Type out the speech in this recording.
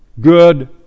good